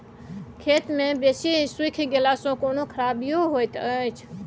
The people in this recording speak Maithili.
खेत मे बेसी सुइख गेला सॅ कोनो खराबीयो होयत अछि?